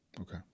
Okay